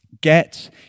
Get